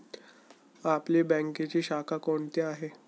आपली बँकेची शाखा कोणती आहे